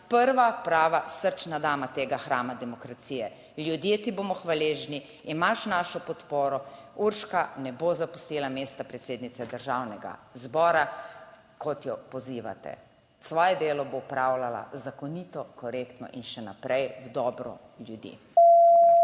prva prava srčna dama tega hrama demokracije. Ljudje ti bomo hvaležni, imaš našo podporo. Urška, ne bo zapustila mesta predsednice Državnega zbora kot jo pozivate. Svoje delo bo opravljala zakonito, korektno in še naprej v dobro ljudi.